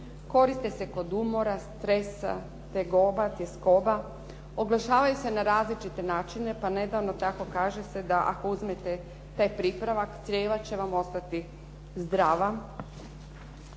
koriste se kod umora, stresa, tegoba, tjeskoba. Oglašavaju se na različite načine, pa nedavno tako kaže se ako uzmete taj pripravak crijeva će vam ostati zdrava.